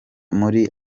muri